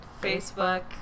Facebook